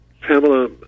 Pamela